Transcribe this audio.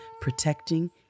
protecting